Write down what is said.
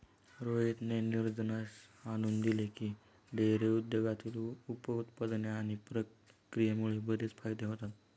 रोहितने निदर्शनास आणून दिले की, डेअरी उद्योगातील उप उत्पादने आणि प्रक्रियेमुळे बरेच फायदे होतात